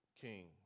king